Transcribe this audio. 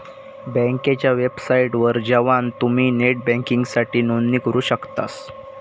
बँकेच्या वेबसाइटवर जवान तुम्ही नेट बँकिंगसाठी नोंदणी करू शकतास